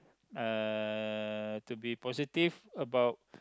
uh to be positive about